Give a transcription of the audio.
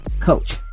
coach